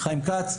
חיים כץ,